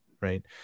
Right